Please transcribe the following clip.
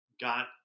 got